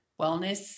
wellness